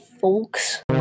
folks